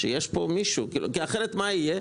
כי אחרת, מה יהיה?